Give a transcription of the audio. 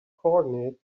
coordinate